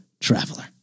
traveler